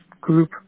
group